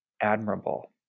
admirable